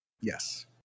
Yes